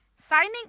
Signing